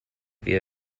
via